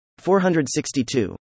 462